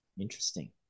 Interesting